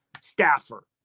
staffer